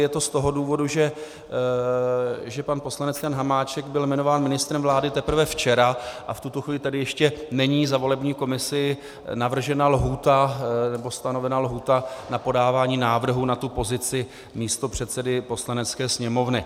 Je to z toho důvodu, že pan poslanec Jan Hamáček byl jmenován ministrem vlády teprve včera a v tuto chvíli tady ještě není za volební komisi navržena lhůta, nebo stanovena lhůta, na podávání návrhu na pozici místopředsedy Poslanecké sněmovny.